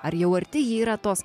ar jau arti ji yra tos